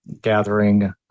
gathering